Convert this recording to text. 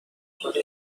خودی